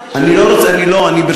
למה אתה טורח לענות,